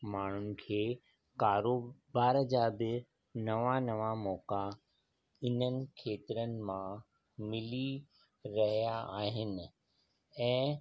माण्हुनि खे करोबार जा बि नवां नवां मौक़ा हिननि खेत्रनि मां मिली रहिया आहिनि ऐं